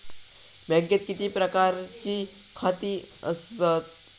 बँकेत किती प्रकारची खाती असतत?